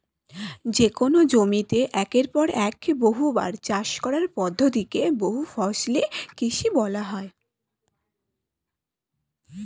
যেকোন জমিতে একের পর এক বহুবার চাষ করার পদ্ধতি কে বহুফসলি কৃষি বলা হয়